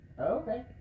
Okay